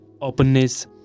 openness